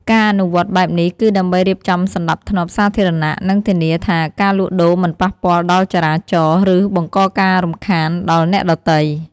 ការអនុវត្តបែបនេះ គឺដើម្បីរៀបចំសណ្ដាប់ធ្នាប់សាធារណៈ និងធានាថាការលក់ដូរមិនប៉ះពាល់ដល់ចរាចរណ៍ ឬបង្កការរំខានដល់អ្នកដទៃ។